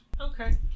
Okay